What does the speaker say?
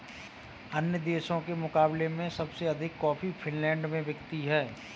अन्य देशों के मुकाबले में सबसे अधिक कॉफी फिनलैंड में बिकती है